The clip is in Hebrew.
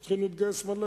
הם צריכים להתגייס באופן